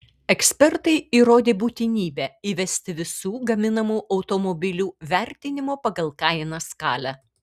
ekspertai įrodė būtinybę įvesti visų gaminamų automobilių vertinimo pagal kainą skalę